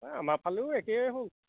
এই আমাৰ ফালেও একেই হ'ল